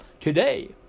today